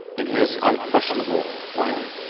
in his unquestionable plan?